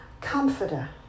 comforter